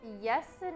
Yes